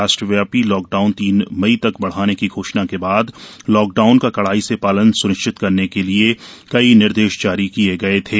राष्ट्रव्यापी लॉकडाउन तीन मई तक बढ़ाने की घोषणा के बाद लॉकडाउन का कड़ाई से पालन स्निश्चित करने के लिए कई निर्देश जारी किए गए थे